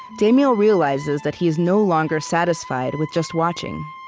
damiel realizes that he is no longer satisfied with just watching.